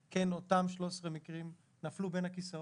אותם 13 מקרים כן נפלו בין הכיסאות,